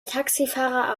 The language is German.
taxifahrer